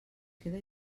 queda